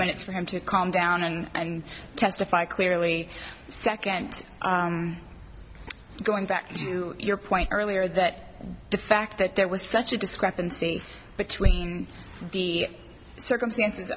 minutes for him to calm down and testify clearly second going back to your point earlier that the fact that there was such a discrepancy between the circumstances